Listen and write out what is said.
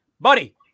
Buddy